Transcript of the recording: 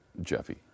Jeffy